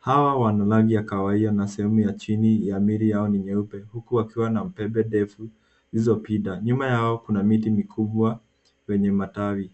Hawa wana rangi ya kawaida na sehemu ya chini ya miili yao ni nyeupe huku wakiwa na pembeni ndefu zilizopinda. Nyuma yao kuna miti mikubwa yenye matawi.